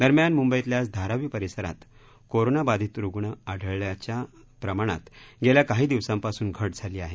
दरम्यान मुंबईतल्याच धारावी परिसरात कोरोनाबाधित रुग्ण आढळण्याच्या प्रमाणात गेल्या काही दिवसांपासून घट झाली आहे